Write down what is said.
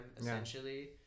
essentially